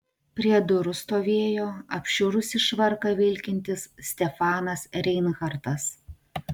prie durų stovėjo apšiurusį švarką vilkintis stefanas reinhartas